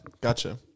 gotcha